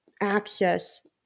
access